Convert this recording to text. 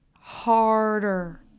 Harder